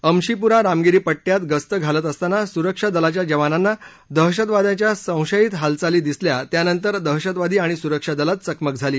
अमशीपुरा रामगिरी पट्टयात गस्त घालत असताना सुरक्षा दलाच्या जवानांना दहशतवाद्याच्या संशयित हालचाली दिसल्या त्यानंतर दहशतवादी आणि सुरक्षा दलात चकमक झाली